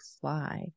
fly